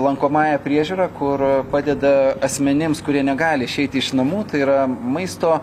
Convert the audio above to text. lankomąją priežiūrą kur padeda asmenims kurie negali išeiti iš namų tai yra maisto